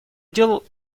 делал